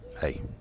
hey